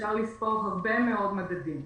אפשר לספור הרבה מאוד מדדים.